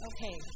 Okay